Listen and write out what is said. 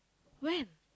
when